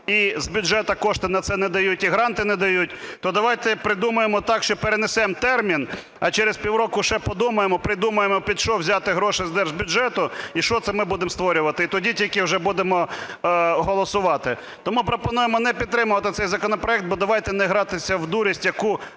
і з бюджету кошти на це не дають, і гранти не дають, то давайте придумаємо так, що перенесемо термін, а через півроку ще подумаємо, придумаємо, під що взяти гроші з держбюджету і що це ми будемо створювати, і тоді тільки вже будемо голосувати. Тому пропонуємо не підтримувати цей законопроект, бо давайте не гратися в дурість, яку